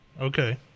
Okay